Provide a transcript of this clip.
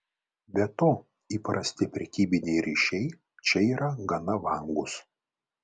be to įprasti prekybiniai ryšiai čia yra gana vangūs